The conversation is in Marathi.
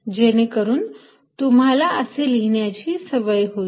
जेणेकरून तुम्हाला असे लिहिण्याची सवय होईल